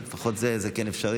לפחות זה, זה כן אפשרי.